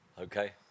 Okay